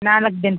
ನಾಲ್ಕು ದಿನ